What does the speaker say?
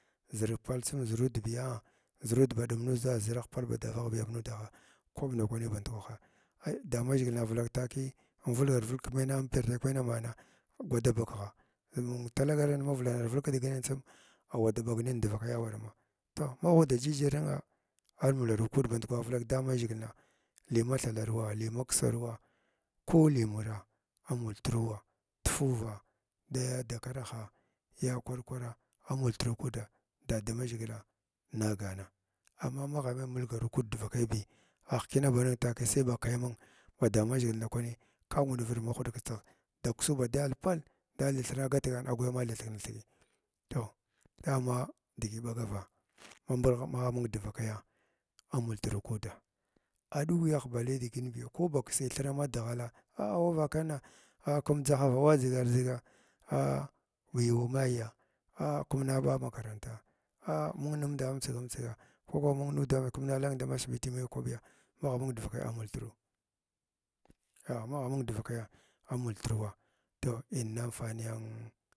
Zirpal tsum zirud biya, zirudba dum nuda zuragh pal ba davagh biyam nudaha kwaɓ nold kwani bandkwaha ia damazhigilna vilak taki invigar vilg kəmena inpiyarna kəmena amana gwada bakgha talagarn mavelanar velg kədiginin tsun auwa da ɓagnim devakaya warama to magha uda jijirena amularu kud band kwa velak damazhigil na li mathalaruwa li maksarwa ku i mura a multruwa tufura daya dakara haya kwar-kwara amultru kuda da da mazhigil ná gana, amma magha ma’i mulgharu kud devakai ahkyina banni taki sai ba kaya mun ba da mazhigɨ nda kwani ka nwudi dirvid ma huɗ kidigh da kəsu ba dal pal dali thirna thekna thegi to dama digi ɓagava magha mung devakaya á auwa vakam á kem dzahava auwa vakanna á ken dzahava auwa dziga a a yuwa maya aa kəm ne ba makaranta aa mung numda mutsgam tsuga ku kuma mung nudamd kem na lang da madhbiti me kwaɓya magha mung devakaya a mutru ah magha mung devakaya amultruwa to in nan fahinyan